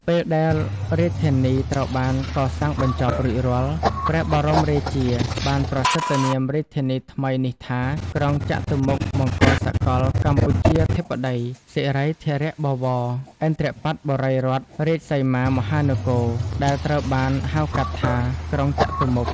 ពេលដែលរាជធានីត្រូវបានកសាងបញ្ចប់រួចរាល់ ព្រះបរមរាជា បានប្រសិដ្ឋនាមរាជធានីថ្មីនេះថា "ក្រុងចតុមុខ មង្គលសកលកម្ពុជាធិបតី សិរីធរៈបវរ ឥន្ទ្របត្តបុរីរដ្ឋ រាជសីមាមហានគរ" ដែលត្រូវបានហៅកាត់ថា "ក្រុងចតុមុខ"។